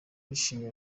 bishimiwe